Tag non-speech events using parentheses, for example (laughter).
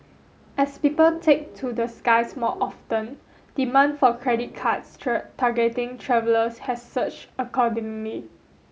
as people take to the skies more often demand for credit cards (unintelligible) targeting travellers has surged accordingly